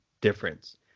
difference